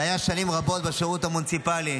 שהיה שנים רבות בשירות המוניציפלי.